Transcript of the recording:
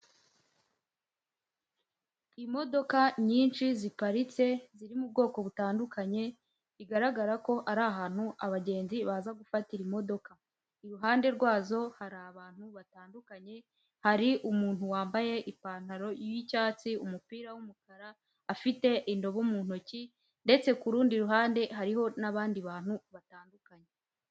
Imodoka nyinshi ziparitse ziri mu bwoko butandukanye, bigaragara ko ari ahantu abagenzi baza gufatira imodoka. Iruhande rwazo hari abantu batandukanye hari umuntu wambaye ipantaro y'icyatsi umupira w'umukara, afite indobo mu ntoki ndetse kurundi ruhande hariho n'abandi bantu batandukanye.